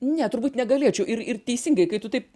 ne turbūt negalėčiau ir ir teisingai kai tu taip